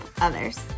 others